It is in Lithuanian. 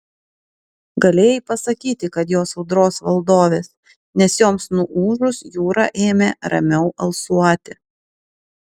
galėjai pasakyti kad jos audros valdovės nes joms nuūžus jūra ėmė ramiau alsuoti